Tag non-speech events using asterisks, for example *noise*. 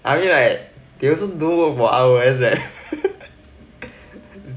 I mean like they also do work for R_O_S leh *laughs*